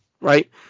right